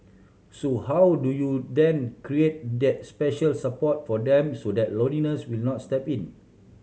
so how do you then create that special support for them so that loneliness will not step in